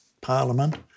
Parliament